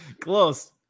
Close